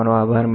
તમારો આભાર